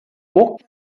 aucun